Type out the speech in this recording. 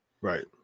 right